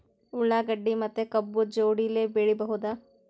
ಉಳ್ಳಾಗಡ್ಡಿ ಮತ್ತೆ ಕಬ್ಬು ಜೋಡಿಲೆ ಬೆಳಿ ಬಹುದಾ?